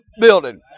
building